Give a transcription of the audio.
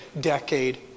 decade